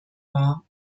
war